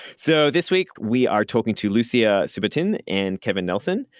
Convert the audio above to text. so this week, we are talking to lucia subatin and kevin nelson.